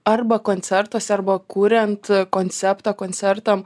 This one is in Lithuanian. arba koncertuose arba kuriant konceptą koncertam